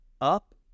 up